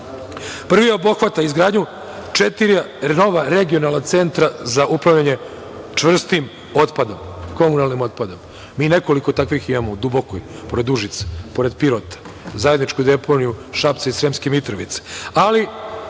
Prvi obuhvata izgradnju četiri nova regionalna centra za upravljanje čvrstim otpadom, komunalnim otpadom. Mi nekoliko takvih imamo, u Dubokoj pored Užica, pored Pirota, zajedničku deponiju Šapca i Sremske Mitrovice,